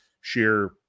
sheer